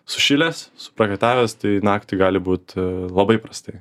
sušilęs suprakaitavęs tai naktį gali būt labai prastai